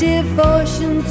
Devotion